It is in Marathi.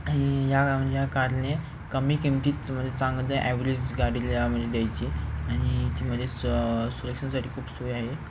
आणि या या कारणे कमी किमतीच म्हणजे चांगलं ॲव्हरेज गाडीला म्हणजे द्यायची आणि ती म्हणजे स सुरेक्षेसाठी खूप सोय आहे